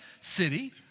city